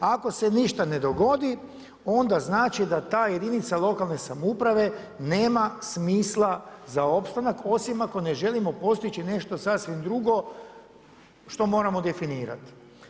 Ako se ništa ne dogodi onda znači da ta jedinica lokalne samouprave nema smisla za opstanak, osim ako ne želimo postići nešto sasvim drugo što moramo definirati.